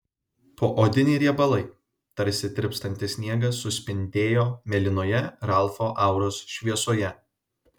poodiniai riebalai tarsi tirpstantis sniegas suspindėjo mėlynoje ralfo auros šviesoje